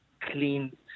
clean